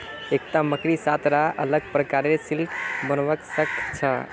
एकता मकड़ी सात रा अलग प्रकारेर सिल्क बनव्वा स ख छ